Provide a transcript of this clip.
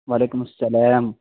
و علیکم السلام